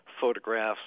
photographs